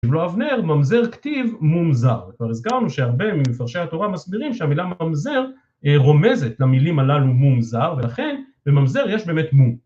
אם לא אבנר, "ממזר כתיב מום זר", כבר הזכרנו שהרבה מפרשי התורה מסבירים שהמילה "ממזר" רומזת למילים הללו "מום זר", ולכן, בממזר יש באמת מום.